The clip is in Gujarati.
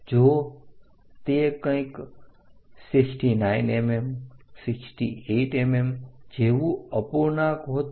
જો તે કંઈક 69 mm 68 mm જેવું અપૂર્ણાંક હોત તો